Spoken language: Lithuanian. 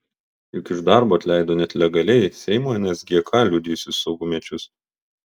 juk iš darbo atleido net legaliai seimo nsgk liudijusius saugumiečius